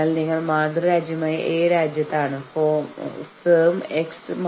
അതിനാൽ നിങ്ങൾ കുറഞ്ഞത് പരസ്പരം ബഹുമാനത്തോടെ പെരുമാറണം